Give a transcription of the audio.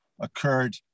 occurred